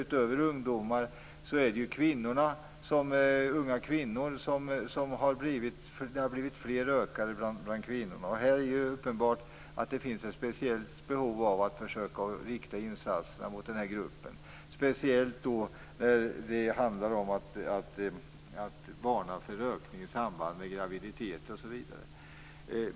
Utöver ungdomar är det ju bland unga kvinnor som rökningen har ökat. Det är uppenbart att det finns ett speciellt behov av riktade insatser mot den här gruppen. Speciellt handlar det om att varna för rökning i samband med graviditet osv.